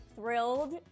Thrilled